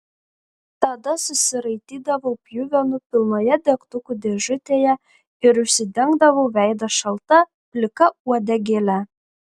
tada susiraitydavau pjuvenų pilnoje degtukų dėžutėje ir užsidengdavau veidą šalta plika uodegėle